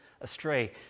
astray